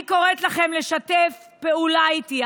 אני קוראת לכם לשתף פעולה איתי.